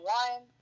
one